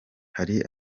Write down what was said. hari